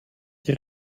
die